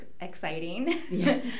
exciting